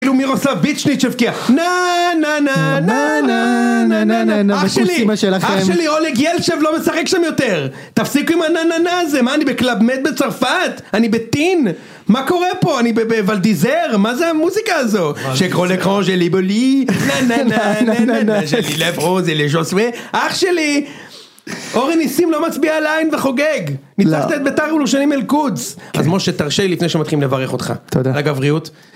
כאילו מי עושה בית שנית שבקיע, נא נא נא ooh מה? więלן נא נא נא נא נא, אח שלי, אח שלי, אח שלי רואג יעל אדברת זה לא יודע כ meteorkids אז משה תרשה לי שזה מתחיל בבקר אותך